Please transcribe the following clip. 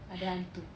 ada hantu